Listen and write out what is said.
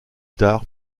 tard